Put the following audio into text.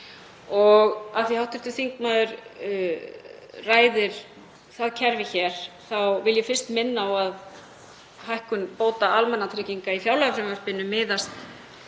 Af því að hv. þingmaður ræðir það kerfi hér vil ég fyrst minna á að hækkun bóta almannatrygginga í fjárlagafrumvarpinu miðast